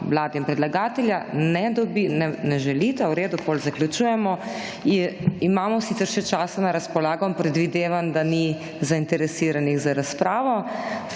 Vlade in predlagatelja. Ne želita. V redu, potem zaključujemo. Imamo sicer še časa na razpolago, predvidevam, da ni zainteresiranih za razpravo,